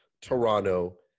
Toronto